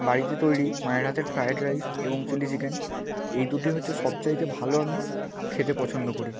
বাড়িতে তৈরি মায়ের হাতের ফ্রায়েড রাইস এবং চিলি চিকেন এই দুটি হচ্ছে সব চাইতে ভালো আমি খেতে পছন্দ করি